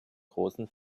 großen